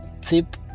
tip